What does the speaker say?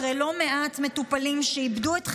אחרי שלא מעט מטופלים איבדו את חייהם,